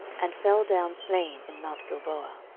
and fell down slain in mount gilboa.